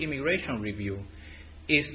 immigration review i